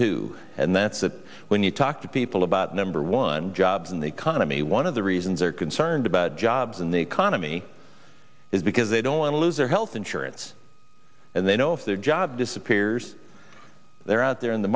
two and that's that when you talk to people about number one jobs in the economy one of the reasons are concerned about jobs in the economy is because they don't want to lose their health insurance and they know if their job disappears they're out there in the